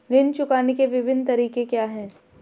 ऋण चुकाने के विभिन्न तरीके क्या हैं?